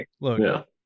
Look